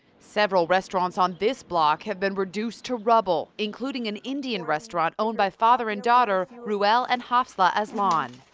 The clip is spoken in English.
several restaurants on this block have been reduced to rubble, including an indian restaurant, owned by father and daughter, ruhel and hafsla islam.